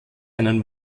einen